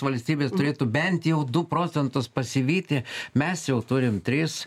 valstybės turėtų bent jau du procentus pasivyti mes jau turim tris